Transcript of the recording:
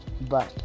Bye